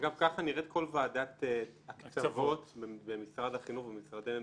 כך נראית כל ועדת הקצבות במשרד החינוך ובמשרדי הממשלה.